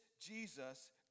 Jesus